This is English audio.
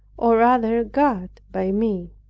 or rather god by me.